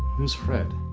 who's fred?